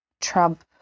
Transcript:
Trump